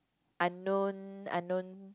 unknown unknown